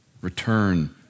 Return